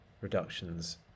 reductions